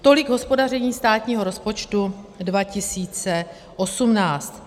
Tolik hospodaření státního rozpočtu 2018.